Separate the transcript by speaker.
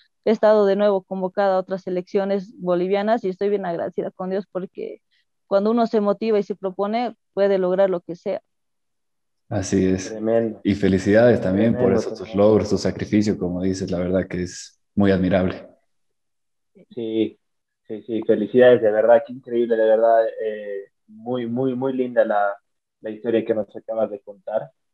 Speaker 1: he estado de nuevo convocada a otras selecciones bolivianas y estoy bien agradecida con Dios porque cuando uno se motiva y se propone, puede lograr lo que sea.
Speaker 2: Así es.
Speaker 3: Tremendo.
Speaker 2: Y felicidades también por
Speaker 3: Tremendo,
Speaker 2: esos, tus
Speaker 3: tremendo.
Speaker 2: logros, tu sacrificio, como dices, la verdad que es muy admirable.
Speaker 3: Sí, sí, sí, felicidades, de verdad, qué increíble, de verdad, eh, muy, muy, muy linda la- la historia que nos acabas de contar.